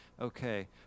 okay